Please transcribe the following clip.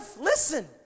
Listen